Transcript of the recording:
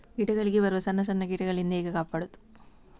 ಗಿಡಗಳಿಗೆ ಬರುವ ಸಣ್ಣ ಸಣ್ಣ ಕೀಟಗಳಿಂದ ಹೇಗೆ ಕಾಪಾಡುವುದು?